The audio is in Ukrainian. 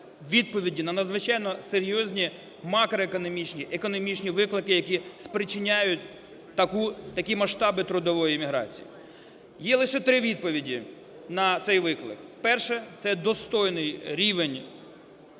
на надзвичайно серйозні макроекономічні, економічні виклики, які спричиняють такі масштаби трудової міграції. Є лише три відповіді на цей виклик. Перше – це достойний рівень